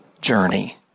journey